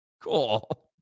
Cool